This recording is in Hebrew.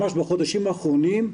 ממש בחודשים האחרונים,